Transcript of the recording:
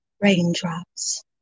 raindrops